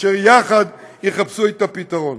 אשר יחד יחפשו את הפתרון.